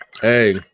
Hey